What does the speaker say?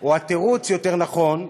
או התירוץ, יותר נכון,